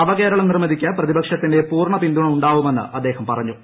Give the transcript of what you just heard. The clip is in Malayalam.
നവകേരള നിർമ്മിതിക്കു പ്രതിപക്ഷത്തിന്റെ പൂർണ്ണപിന്തുണ ഉ ാവുമെന്ന് അദ്ദേഹം പറഞ്ഞു